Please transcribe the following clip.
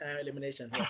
elimination